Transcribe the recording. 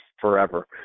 forever